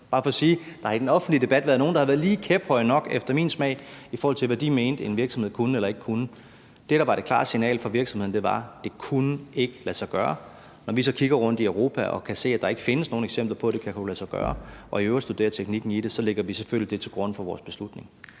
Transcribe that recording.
bare for at sige, at der er nogle, der i den offentlige debat har været lige kæphøje nok efter min smag, i forhold til hvad de mente, at en virksomhed kunne eller ikke kunne. Det, der var det klare signal fra virksomheden, var, at det ikke kunne lade sig gøre. Når vi så kigger rundt i Europa og kan se, at der ikke findes nogen eksempler på, at det kan lade sig gøre, og i øvrigt studerer teknikken i det, så lægger vi selvfølgelig det til grund for vores beslutning.